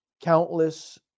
countless